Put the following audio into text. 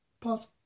Pause